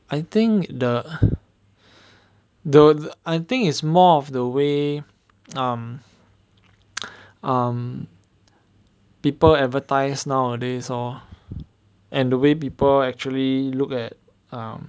I think the the I think is more of the way um um people advertise nowadays lor and the way people actually look at um